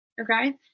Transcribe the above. Okay